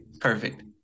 perfect